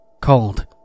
Cold